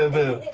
ah boo!